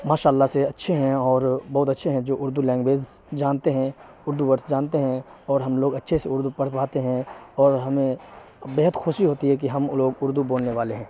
ماشاء اللہ سے اچھے ہیں اور بہت اچھے ہیں جو اردو لینگویج جانتے ہیں اردو ورڈس جانتے ہیں اور ہم لوگ اچھے سے اردو پڑھ پاتے ہیں اور ہمیں بےحد خوشی ہوتی ہے کہ ہم لوگ اردو بولنے والے ہیں